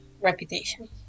reputation